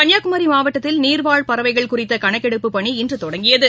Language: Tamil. கன்னியாகுமரிமாவட்டத்தில் நீர்வாழ் பறவைகள் குறித்தகணக் கெடுப்பு பணி இன்றுதொடங்கியது